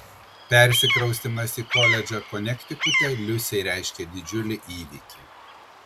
persikraustymas į koledžą konektikute liusei reiškė didžiulį įvykį